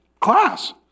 class